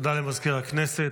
תודה למזכיר הכנסת.